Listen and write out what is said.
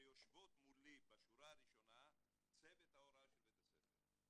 ויושבות מולי בשורה הראשונה צוות ההוראה של בית הספר,